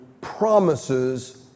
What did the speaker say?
promises